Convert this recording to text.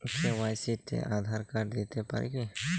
KYC তে Aadhaar card দিতে পারি কি?